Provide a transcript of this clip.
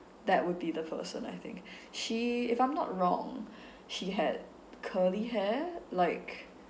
that would be the person I think she if I'm not wrong she had curly hair like